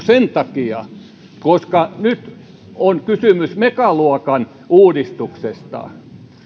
sen takia että nyt on kysymys megaluokan uudistuksesta